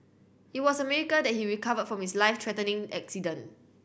it was a miracle that he recovered from his life threatening accident